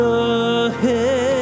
ahead